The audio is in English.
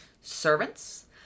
servants